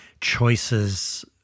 choices